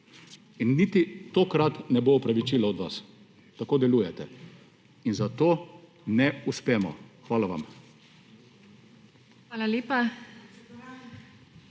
In niti tokrat ne bo opravičila od vas. Tako delujete. In zato ne uspemo. Hvala vam.